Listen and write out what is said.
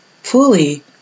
fully